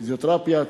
פיזיותרפיה,